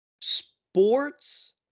sports